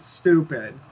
stupid